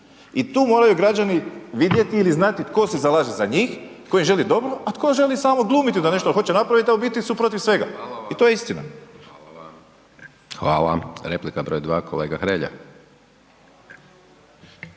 i tu moraju građani vidjeti ili znati tko se zalaže za njih, tko im želi dobro, a tko želi samo glumiti da nešto hoće napravit, a u biti su protiv svega. I to je istina. **Hajdaš Dončić, Siniša (SDP)** Hvala. Replika br. 2 kolega Hrelja.